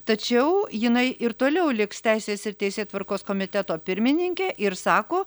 tačiau jinai ir toliau liks teisės ir teisėtvarkos komiteto pirmininkė ir sako